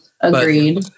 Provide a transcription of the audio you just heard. Agreed